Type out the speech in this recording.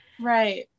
Right